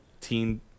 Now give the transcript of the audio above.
Teen